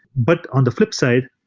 but on the flip side,